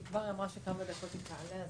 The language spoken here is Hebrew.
היא אמרה שכמה דקות היא תעלה.